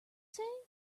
say